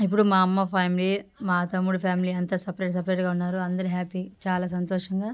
ఇప్పుడు మా అమ్మ ఫ్యామిలీ మా తమ్ముడు ఫ్యామిలీ అంతా సపరేట్ సపరేట్గా ఉన్నారు అందరూ హ్యాపీ చాలా సంతోషంగా